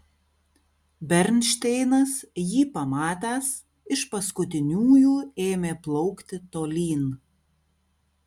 bernšteinas jį pamatęs iš paskutiniųjų ėmė plaukti tolyn